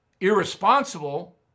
irresponsible